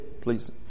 please